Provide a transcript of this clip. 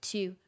Two